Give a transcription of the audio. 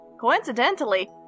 Coincidentally